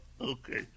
okay